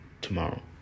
tomorrow